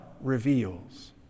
reveals